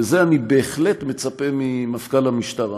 ולזה אני בהחלט מצפה ממפכ"ל המשטרה,